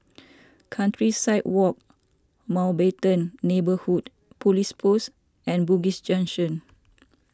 Countryside Walk Mountbatten Neighbourhood Police Post and Bugis Junction